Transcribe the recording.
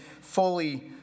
fully